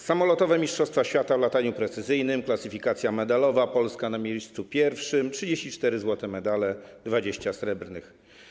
Samolotowe mistrzostwa świata w lataniu precyzyjnym, klasyfikacja medalowa, Polska na pierwszym miejscu, 34 złote medale, 20 srebrnych.